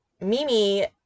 Mimi